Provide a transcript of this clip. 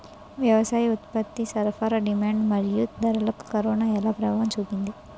వ్యవసాయ ఉత్పత్తి సరఫరా డిమాండ్ మరియు ధరలకు కరోనా ఎలా ప్రభావం చూపింది